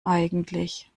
eigentlich